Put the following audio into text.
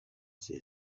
say